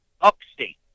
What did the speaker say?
upstate